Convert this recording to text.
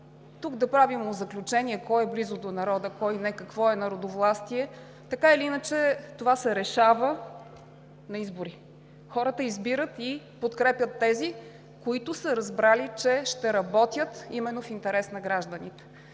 тук да правим заключения кой е близо до народа, кой не, какво е народовластие така или иначе това се решава на избори. Хората избират и подкрепят тези, които са разбрали, че ще работят именно в интерес на гражданите.